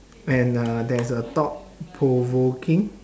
and uh there's a thought-provoking